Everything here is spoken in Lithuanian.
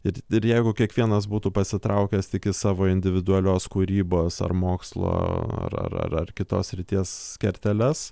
ir ir jeigu kiekvienas būtų pasitraukęs tik į savo individualios kūrybos ar mokslo ar ar ar kitos srities kerteles